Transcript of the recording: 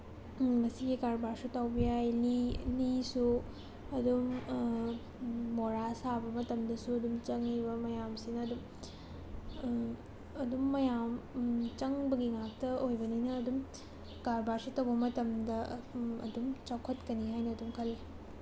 ꯃꯁꯤꯒꯤ ꯀꯔꯕꯥꯔꯁꯨ ꯇꯧꯕ ꯌꯥꯏ ꯂꯤ ꯂꯤꯁꯨ ꯑꯗꯨꯝ ꯃꯣꯔꯥ ꯁꯥꯕ ꯃꯇꯝꯗꯁꯨ ꯑꯗꯨꯝ ꯆꯪꯏꯕ ꯃꯌꯥꯝꯁꯤꯅ ꯑꯗꯨꯝ ꯑꯗꯨꯝ ꯃꯌꯥꯝ ꯆꯪꯕꯒꯤ ꯉꯥꯛꯇ ꯑꯣꯏꯕꯅꯤꯅ ꯑꯗꯨꯝ ꯀꯔꯕꯥꯔꯁꯤ ꯇꯧꯕ ꯃꯇꯝꯗ ꯑꯗꯨꯝ ꯆꯥꯎꯈꯠꯀꯅꯤ ꯍꯥꯏꯅ ꯑꯗꯨꯝ ꯈꯜꯂꯤ